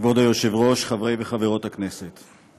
כבוד היושב-ראש, חברי וחברות הכנסת,